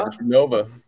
Nova